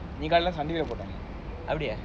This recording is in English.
அப்டியா:apdiyaa